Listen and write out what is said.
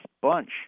bunch